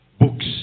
books